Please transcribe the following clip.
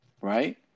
right